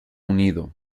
unido